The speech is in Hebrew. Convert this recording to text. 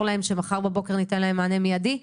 להם כך שמחר בבוקר ניתן להם מענה מיידי?